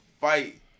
fight